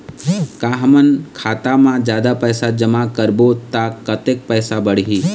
का हमन खाता मा जादा पैसा जमा करबो ता कतेक पैसा बढ़ही?